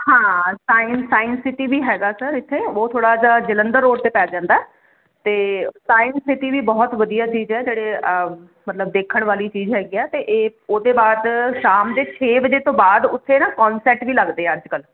ਹਾਂ science city ਵੀ ਹੈਗਾ ਸਰ ਇੱਥੇ ਬਹੁਤ ਥੋੜਾ ਜਿਹਾ ਜਲੰਧਰ ਰੋਡ ਤੇ ਪੈ ਜਾਂਦਾ ਤੇ ਸਾਇੰਸ ਸਿਟੀ ਵੀ ਬਹੁਤ ਵਧੀਆ ਚੀਜ਼ ਹ ਜਿਹੜੇ ਮਤਲਬ ਦੇਖਣ ਵਾਲੀ ਚੀਜ਼ ਹੈਗੀ ਆ ਤੇ ਇਹ ਉਹਦੇ ਬਾਅਦ ਸ਼ਾਮ ਦੇ ਛੇ ਵਜੇ ਤੋਂ ਬਾਅਦ ਉੱਥੇ ਨਾ ਕੋਂਸੈਟ ਵੀ ਲੱਗਦੇ ਆ ਅੱਜ ਕੱਲ